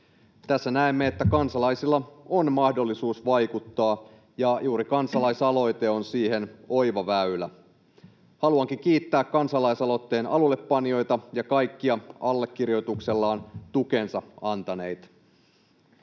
Tässä näemme, että kansalaisilla on mahdollisuus vaikuttaa, ja juuri kansalaisaloite on siihen oiva väylä. Haluankin kiittää kansalaisaloitteen alullepanijoita ja kaikkia allekirjoituksellaan tukensa antaneita.